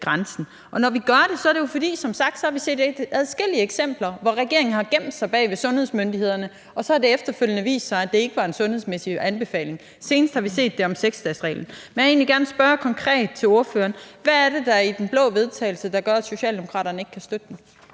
Når vi gør det, er det jo som sagt, fordi vi har set adskillige eksempler, hvor regeringen har gemt sig bag ved sundhedsmyndighederne, og så har det efterfølgende vist sig, at det ikke var en sundhedsmæssig anbefaling. Senest har vi set det i forhold til 6-dagesreglen. Men jeg vil egentlig gerne spørge ordføreren konkret: Hvad er det i det blå forslag til vedtagelse, der gør, at Socialdemokraterne ikke kan støtte det?